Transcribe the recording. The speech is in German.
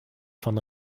von